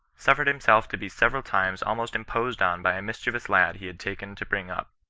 sufiered himself to be several times almost imposed on by a mischievous lad he had taken to bring up,